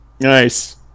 Nice